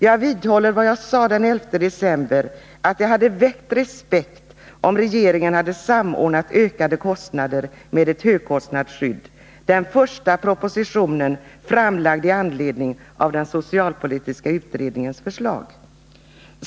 Jag vidhåller vad jag sade den 11 december, nämligen att det hade väckt respekt, om regeringen hade samordnat ökade kostnader med ett högkostnadsskydd i den första propositionen framlagd med anledning av den socialpolitiska samordningsutredningens förslag.